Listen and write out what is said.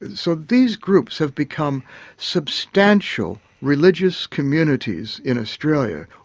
so these groups have become substantial religious communities in australia.